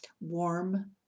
warm